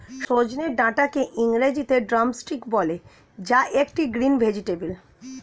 সজনে ডাটাকে ইংরেজিতে ড্রামস্টিক বলে যা একটি গ্রিন ভেজেটাবেল